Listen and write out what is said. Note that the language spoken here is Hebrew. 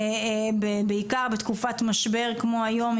בעיקר בתקופת משבר כמו היום,